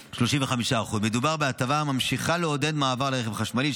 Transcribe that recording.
35%. מדובר בהטבה הממשיכה לעודד מעבר לרכב חשמלי,